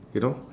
you know